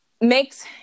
makes